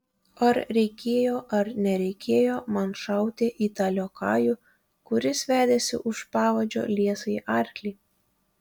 ar reikėjo ar nereikėjo man šauti į tą liokajų kuris vedėsi už pavadžio liesąjį arklį